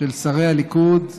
של שרי הליכוד אתמול,